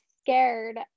scared